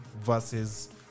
versus